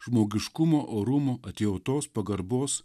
žmogiškumo orumo atjautos pagarbos